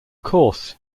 course